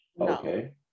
okay